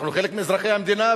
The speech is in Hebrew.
אנחנו חלק מאזרחי המדינה,